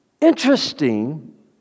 interesting